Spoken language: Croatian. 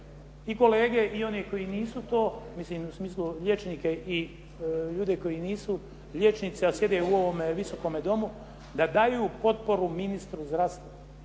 i kolege i one koji nisu to, mislim u smislu liječnike i ljude koji nisu liječnici a sjede u ovome Visokome domu, da daju potporu ministru zdravstva,